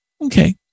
Okay